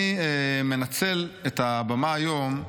אני מנצל את הבמה היום,